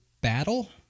battle